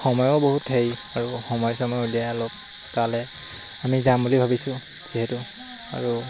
সময়ো বহুত হেৰি আৰু সময় চময় উলিয়াই অলপ তালে আমি যাম বুলি ভাবিছোঁ যিহেতু আৰু